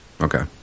Okay